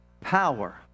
power